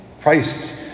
Christ